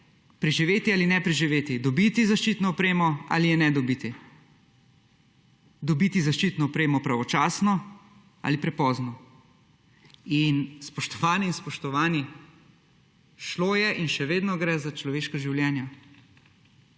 preživeti ali ne preživeti, dobiti zaščitno opremo ali je ne dobiti, dobiti zaščitno opremo pravočasno ali prepozno. Spoštovane in spoštovani, šlo je in še vedno gre za človeška življenja.